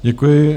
Děkuji.